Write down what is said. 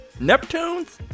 Neptunes